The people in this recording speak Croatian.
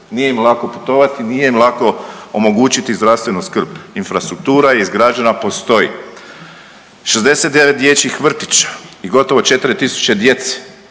Nije im lako putovati, nije im lako omogućiti zdravstvenu skrb. Infrastruktura je izgrađena, postoji. 60 dječjih vrtića i gotovo 4000 djece